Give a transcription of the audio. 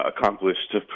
accomplished